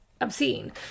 obscene